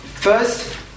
First